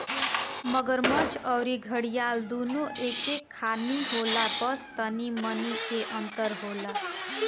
मगरमच्छ अउरी घड़ियाल दूनो एके खानी होला बस तनी मनी के अंतर होला